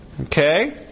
Okay